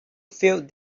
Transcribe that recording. felt